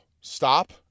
stop